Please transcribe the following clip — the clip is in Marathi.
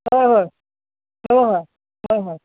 होय होय हो होय होय होय